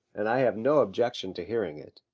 and i have no objection to hearing it.